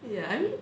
yeah I mean